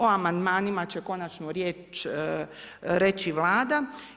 O amandmanima će konačno riječ reći Vlada.